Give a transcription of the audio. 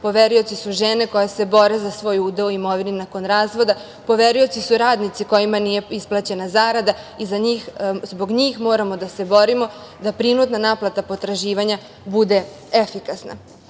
poverioci su žene koje se bore za svoj udeo u imovini nakon razvoda, poverioci su radnici kojima nije isplaćena zarada i za njih i zbog njih moramo da se borimo da prinudna naplata potraživanja bude efikasna. Mogla